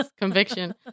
conviction